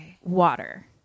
water